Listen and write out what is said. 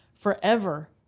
forever